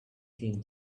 tin